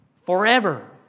forever